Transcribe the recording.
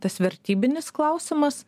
tas vertybinis klausimas